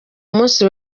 munsi